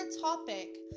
topic